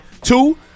Two